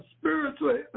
spiritually